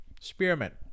Spearmint